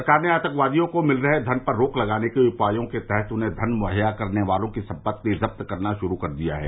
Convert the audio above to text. सरकार ने आतंकवादियों को मिल रहे धन पर रोक लगाने के उपायों के तहत उन्हें धन मुहैया कराने वालों की संपत्ति जब्त करना शुरू कर दिया है